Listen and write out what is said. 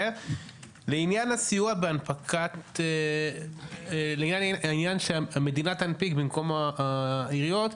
לעניין הרעיון של הנפקת המדינה במקום העיריות,